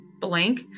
blank